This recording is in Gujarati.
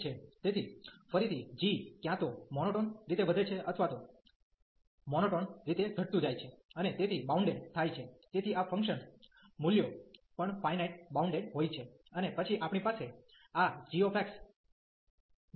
તેથી ફરીથી g ક્યાં તો મોનોટોન રીતે વધે છે અથવા મોનોટોન રીતે ઘટતું જાય છે અને તેથી બાઉન્ડેડ થાય છે તેથી આ ફંકશન મૂલ્યો પણ ફાયનાઈટ બાઉન્ડેડ હોય છે અને પછી આપણી પાસે આ g 0 છે